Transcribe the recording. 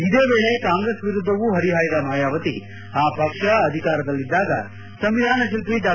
ಇದೇ ವೇಳೆ ಕಾಂಗ್ರೆಸ್ ವಿರುದ್ದವೂ ಹರಿಹಾಯ್ದ ಮಾಯಾವತಿ ಆ ಪಕ್ಷ ಅಧಿಕಾರದಲ್ಲಿದ್ದಾಗ ಸಂವಿಧಾನ ಶಿಲ್ಪಿ ಡಾ